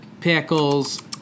pickles